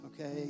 Okay